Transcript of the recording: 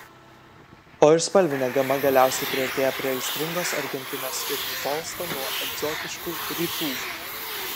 o ir spalvinė gama galiausiai priartėja prie aistringos argentinos ir nutolsta nuo egzotiškų rytų